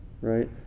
right